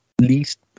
least